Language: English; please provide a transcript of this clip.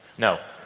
no.